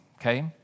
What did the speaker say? okay